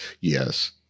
Yes